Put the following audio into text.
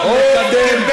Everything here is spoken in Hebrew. נמשיך לקדם,